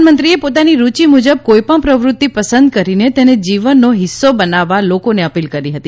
પ્રધાનમંત્રીએ પોતાની રૂચિ મુજબ કોઇપણ પ્રવૃત્તિ પસંદ કરીને તેને જીવનનો હિસ્સો બનાવવા લોકોને અપીલ કરી હતી